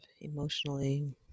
emotionally